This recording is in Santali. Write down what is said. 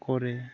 ᱠᱚᱨᱮ